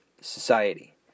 society